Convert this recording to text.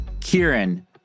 Kieran